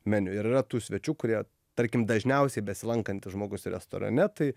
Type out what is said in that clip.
meniu ir yra tų svečių kurie tarkim dažniausiai besilankantis žmogus restorane tai